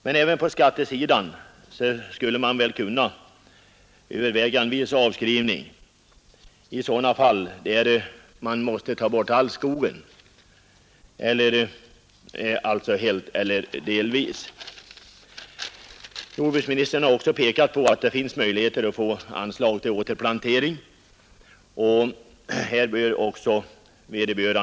Men även pa skattesidan skulle man väl kunnu överväga en viss avskrivning i sådana fall där skogen måste tas bort helt eller delvis. Jordbruksministern har också pekat på att det finns möjligheter att få anslag till återplanering. Vederbörande bör få upplysning om detta. Dessa atgärder är ganska bra.